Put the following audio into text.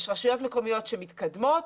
יש רשויות מקומיות שמתקדמות.